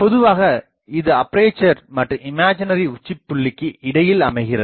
பொதுவாக இது அப்பேசர் மற்றும் இமேஜினரி உச்சிப்புள்ளிக்கு இடையில் அமைகிறது